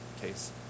case